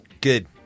Good